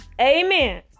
Amen